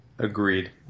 Agreed